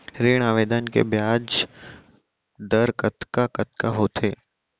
ऋण आवेदन के ब्याज दर कतका कतका होथे?